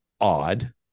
odd